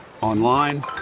Online